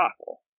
awful